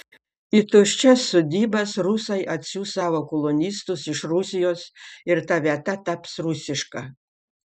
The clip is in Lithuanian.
į tuščias sodybas rusai atsiųs savo kolonistus iš rusijos ir ta vieta taps rusiška